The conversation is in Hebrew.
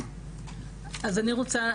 אז אני רוצה,